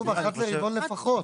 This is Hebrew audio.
כתוב אחת לרבעון לפחות.